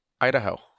Idaho